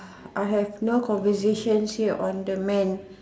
I have no conversations here on the man